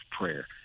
prayer